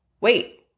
wait